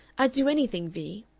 i'd do anything, vee.